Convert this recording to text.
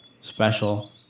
special